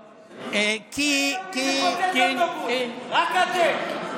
אין יהודי שפוצץ אוטובוס, רק אתם.